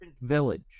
village